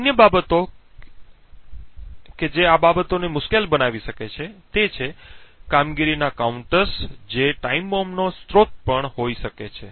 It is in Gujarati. અન્ય બાબતો કે જે બાબતોને મુશ્કેલ બનાવી શકે છે તે કામગીરીના કાઉન્ટર્સ છે જે ટાઇમ બોમ્બનો સ્રોત પણ હોઈ શકે છે